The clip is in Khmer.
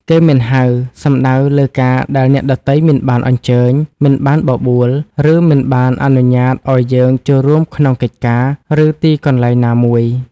គេមិនហៅ សំដៅលើការដែលអ្នកដទៃមិនបានអញ្ជើញ មិនបានបបួល ឬមិនបានអនុញ្ញាតឲ្យយើងចូលរួមក្នុងកិច្ចការ ឬទីកន្លែងណាមួយ។